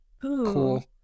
cool